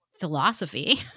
philosophy